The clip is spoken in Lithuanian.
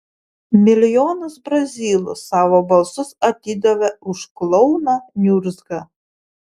milijonas brazilų savo balsus atidavė už klouną niurzgą